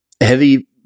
heavy